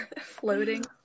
Floating